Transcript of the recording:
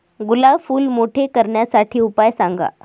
गुलाब फूल मोठे करण्यासाठी उपाय सांगा?